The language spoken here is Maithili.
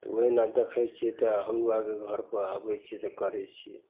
तऽ ओहिना देखै छिए तऽ हमहूँ आओर घरपर आबै छिए तऽ करै छिए